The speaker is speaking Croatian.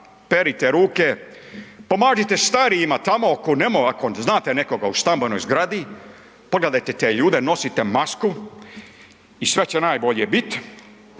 Perite ruke, pomažite starijima tamo, .../Govornik se ne razumije./... ako znate nekoga u stambenoj zgradi, pogledajte te ljude, nosite masku i sve će najbolje bit,